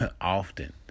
often